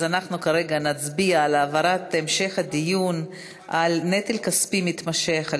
אנחנו כרגע נצביע על העברת המשך הדיון על נטל כספי מתמשך על